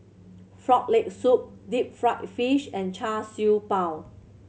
Frog Leg Soup deep fried fish and Char Siew Bao